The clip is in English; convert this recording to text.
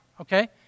okay